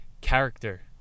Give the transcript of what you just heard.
character